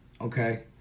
Okay